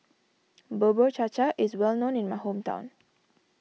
Bubur Cha Cha is well known in my hometown